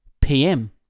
PM